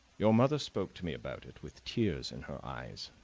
your mother spoke to me about it, with tears in her eyes,